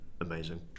amazing